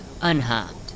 unharmed